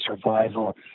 survival